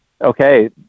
okay